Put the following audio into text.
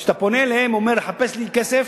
אתה פונה אליהם ואומר: חפשו לי כסף,